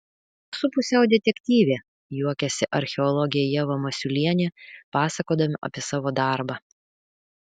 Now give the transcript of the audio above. esu pusiau detektyvė juokiasi archeologė ieva masiulienė pasakodama apie savo darbą